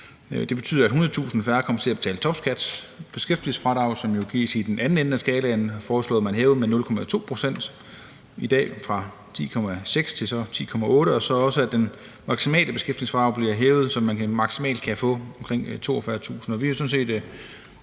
det betyder, at 100.000 færre kommer til at betale topskat. Beskæftigelsesfradraget, som jo gives i den anden ende af skalaen, foreslår man hævet med 0,2 pct., fra 10,6 pct. i dag til 10,8 pct., og man foreslår, at det maksimale beskæftigelsesfradrag bliver hævet, så man maksimalt kan få omkring 42.000 kr. Vi er sådan set